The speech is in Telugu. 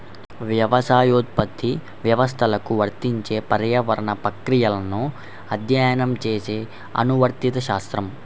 వ్యవసాయోత్పత్తి వ్యవస్థలకు వర్తించే పర్యావరణ ప్రక్రియలను అధ్యయనం చేసే అనువర్తిత శాస్త్రం